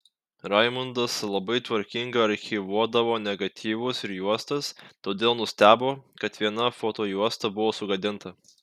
raimundas labai tvarkingai archyvuodavo negatyvus ir juostas todėl nustebo kad viena fotojuosta buvo sugadinta